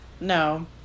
No